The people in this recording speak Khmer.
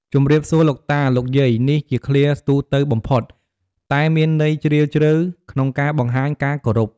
ជំរាបសួរលោកតា លោកយាយ នេះជាឃ្លាទូទៅបំផុត តែមានន័យជ្រាលជ្រៅក្នុងការបង្ហាញការគោរព។